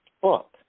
book